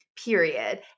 Period